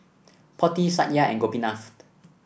Potti Satya and Gopinath